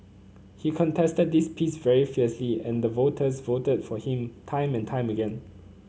he contested this piece very fiercely and the voters voted for him time and time again